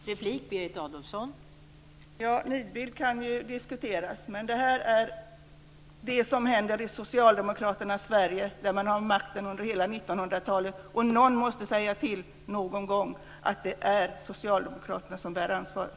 Fru talman! Det kan diskuteras om det är en nidbild. Men det är vad som händer i socialdemokraternas Sverige, där man har haft makten under hela 1900-talet. Någon måste säga till någon gång att det är socialdemokraterna som bär ansvaret.